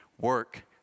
work